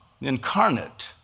incarnate